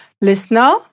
Listener